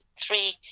three